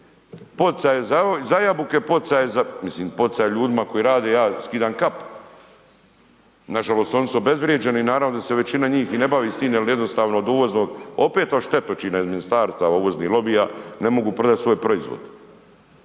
poticaji za mislim poticaji ljudima koji rade, ja skidam kapu. Nažalost oni su obezvrijeđeni i naravno da se većina njih ni ne bavi s tim jel jednostavno od uvoznog opet od štetočine od ministarstava uvoznih lobija ne mogu prodati svoj proizvod.